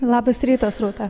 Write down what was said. labas rytas rūta